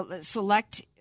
Select